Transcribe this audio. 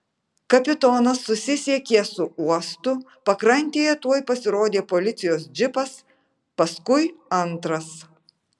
kapitonas susisiekė su uostu pakrantėje tuoj pasirodė policijos džipas paskui antras